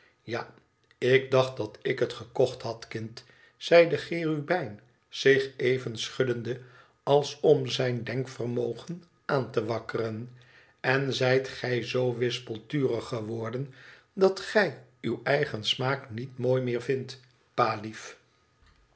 ja ik dacht dat ik het gekocht had kind zei de cherubijn zich even schuddende als om zijn denkvermogen aan te wakkeren t en zijt gij zoo wispelturig geworden dat gij uw eigen smaak niet mooi meer vindt